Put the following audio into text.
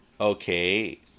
okay